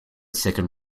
second